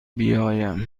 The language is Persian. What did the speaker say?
بیایم